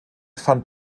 fand